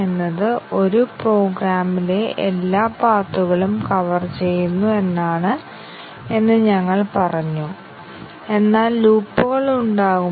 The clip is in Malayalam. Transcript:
അതിനാൽ ഒരു മടിയും അവ്യക്തതയുമില്ല ഞങ്ങൾ 1 മുതൽ 2 വരെ ഒരു എഡ്ജ് വരയ്ക്കുന്നു